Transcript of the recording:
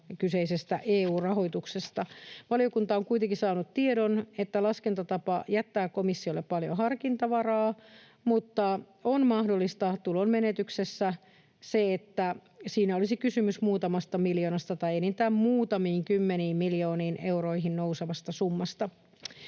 kyseisestä EU-rahoituksesta. Valiokunta on kuitenkin saanut tiedon, että laskentatapa jättää komissiolle paljon harkinnanvaraa, mutta tulonmenetyksessä on mahdollista se, että siinä olisi kysymys muutamasta miljoonasta tai enintään muutamiin kymmeniin miljooniin euroihin nousevasta summasta.